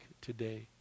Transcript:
today